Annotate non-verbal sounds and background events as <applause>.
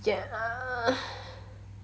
ya <breath>